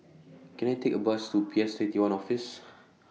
Can I Take A Bus to P S twenty one Office